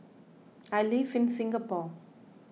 I live in Singapore